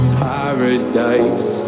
paradise